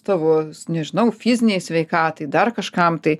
tavo nežinau fizinei sveikatai dar kažkam tai